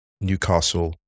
Newcastle